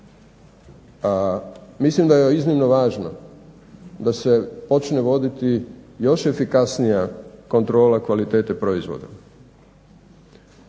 Mislim da je iznimno važno da se počne voditi još efikasnija kontrola kvalitete proizvoda,